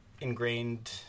ingrained